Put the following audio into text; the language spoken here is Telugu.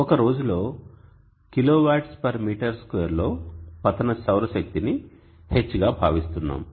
ఒక రోజులో kWm2 లో పతన సౌర శక్తి ని H గా భావిస్తున్నాం